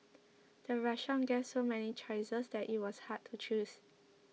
the restaurant gave so many choices that it was hard to choose